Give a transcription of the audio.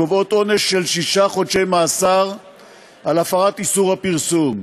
הקובעות עונש של שישה חודשי מאסר על הפרת איסור הפרסום.